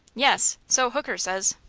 yes, so hooker says.